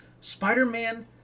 Spider-Man